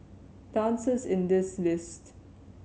answer is in this list